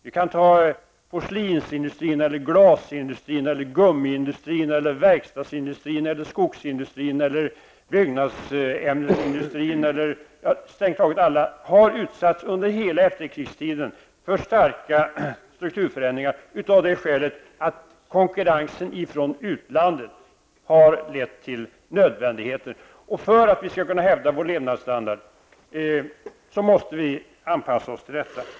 Vi kan ta porslinsindustrin, glasindustrin, gummiindustrin, verkstadsindustrin, skogsindustrin eller byggnadsämnesindustrin, vilka alla har utsatts för stora strukturförändringar under strängt taget hela efterkrigstiden. Detta har varit nödvändigt på grund av konkurrensen från utlandet. För att vi skall kunna hävda vår levnadsstandard måste vi anpassa oss till detta.